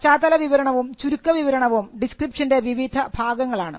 പശ്ചാത്തല വിവരണവും ചുരുക്ക വിവരണവും ഡിസ്ക്രിപ്ഷൻറെ വിവിധ ഭാഗങ്ങളാണ്